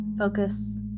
Focus